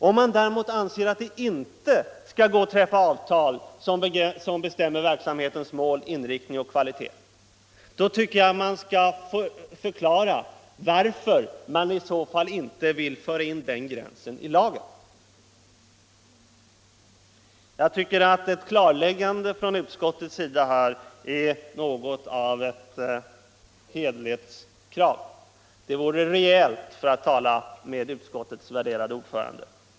Om man däremot anser att det inte skall gå att träffa avtal som bestämmer verksamhetens mål, inriktning och kvalitet, då tycker jag att man skall förklara varför man i så fall inte vill föra in den gränsen i lagen. Jag tycker att ett klarläggande från utskottets sida härvidlag är något av ett hederlighetskrav. Det vore rejält, för att tala med utskottets värderade ordförande.